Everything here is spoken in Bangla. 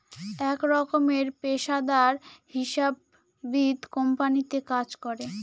এক রকমের পেশাদার হিসাববিদ কোম্পানিতে কাজ করে